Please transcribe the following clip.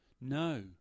No